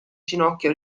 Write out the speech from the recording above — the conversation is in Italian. ginocchio